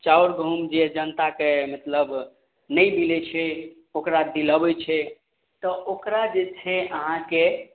चाउर गहुम जे जनताके मतलब नहि मिलय छै ओकरा दिलबय छै तऽ ओकरा जे छै अहाँके